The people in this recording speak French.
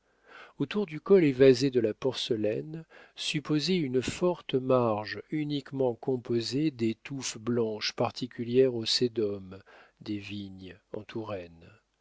autour du col évasé de la porcelaine supposez une forte marge uniquement composée des touffes blanches particulières au sédum des vignes